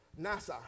nasa